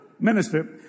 minister